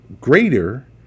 greater